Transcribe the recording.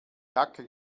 hacke